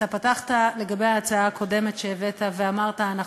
אתה פתחת לגבי ההצעה הקודמת שהבאת ואמרת: נכון,